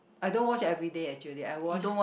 I don't wash every day actually I wash